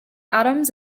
adams